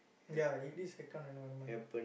yeah it is a kind environment